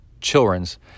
children's